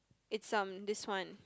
it's um this one